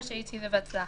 רשאית היא לבטלה.